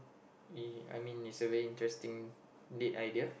uh I mean it's a very interesting date idea